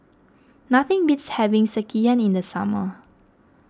nothing beats having Sekihan in the summer